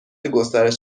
گسترش